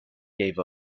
gave